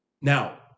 Now